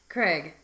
Craig